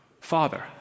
Father